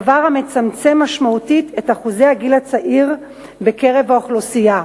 דבר שמצמצם משמעותית את אחוזי הגיל הצעיר בקרב האוכלוסייה.